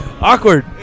Awkward